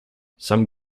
some